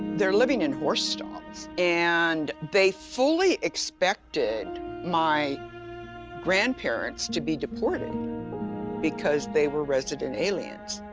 they're living in horse stalls, and they fully expected my grandparents to be deported because they were resident aliens.